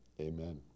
amen